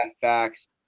facts